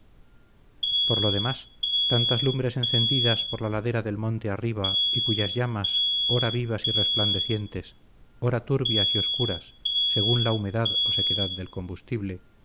por lo demás tantas lumbres encendidas por la ladera del monte arriba y cuyas llamas ora vivas y resplandecientes ora turbias y oscuras según la humedad o sequedad del combustible